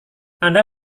anda